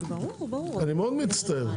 אני מאוד מצטער,